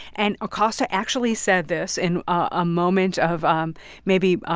and acosta actually said this in a moment of um maybe